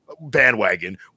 bandwagon